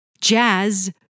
jazz